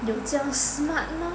有这样 smart 吗